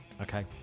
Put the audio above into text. Okay